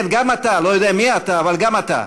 כן, גם אתה, לא יודע מי אתה, אבל גם אתה.